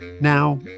Now